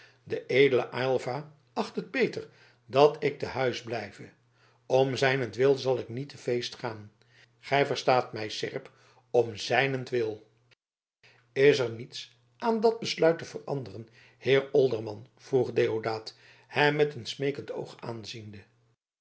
de edele aylva acht het beter dat ik te huis blijve om zijnentwil zal ik niet te feest gaan gij verstaat mij seerp om zijnentwil is er niets aan dat besluit te veranderen heer olderman vroeg deodaat hem met een smeekend oog aanziende